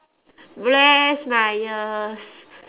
rest my ears